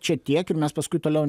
čia tiek ir mes paskui toliau ne